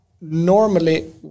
Normally